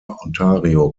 ontario